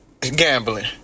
Gambling